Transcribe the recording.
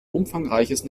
umfangreiches